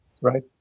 Right